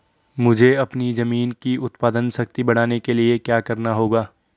मुझे अपनी ज़मीन की उत्पादन शक्ति बढ़ाने के लिए क्या करना होगा?